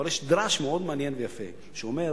אבל יש דרש מאוד מעניין ויפה, שאומר: